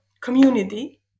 community